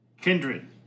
Kindred